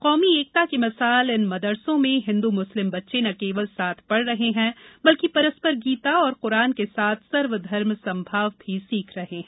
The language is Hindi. कौमी एकता की मिसाल इन मदरसों में हिन्दू मुस्लिम बच्चे न केवल साथ पढ रहे है बल्कि परस्पर गीता और कुरान के साथ सर्वधर्म समभाव भी सीख रहे है